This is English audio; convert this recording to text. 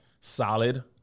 Solid